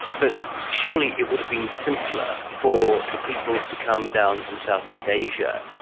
but surely it would have been simpler for the peoples to come down from southeast asia,